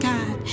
God